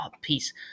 peace